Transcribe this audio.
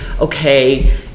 okay